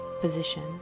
position